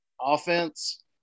offense